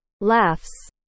Laughs